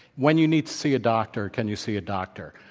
when you need to see a doctor, can you see a doctor?